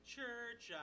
church